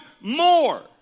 More